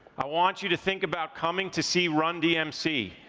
i want you to think about coming to see run-dmc,